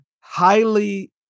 highly